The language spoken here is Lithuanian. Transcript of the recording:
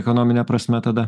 ekonomine prasme tada